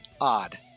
odd